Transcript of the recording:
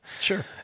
Sure